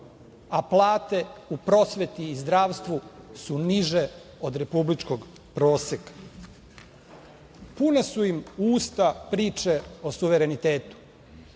a plate u prosveti i zdravstvu su niže od republičkog proseka. Puna su im usta priče o suverenitetu,